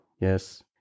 yes